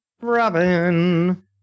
Robin